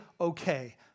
okay